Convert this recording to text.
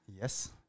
Yes